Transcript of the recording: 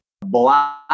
Black